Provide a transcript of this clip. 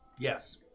Yes